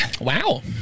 wow